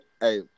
hey